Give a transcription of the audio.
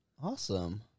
Awesome